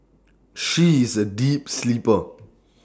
she is A deep sleeper